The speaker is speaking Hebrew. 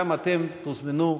גם אתם תוזמנו,